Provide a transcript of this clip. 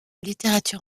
littérature